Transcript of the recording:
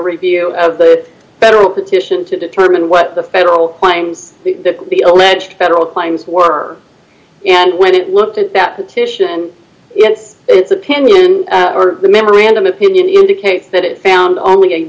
review of the federal petition to determine what the federal crimes the alleged federal crimes were and when it looked at that petition yes its opinion or the memorandum opinion indicates that it found only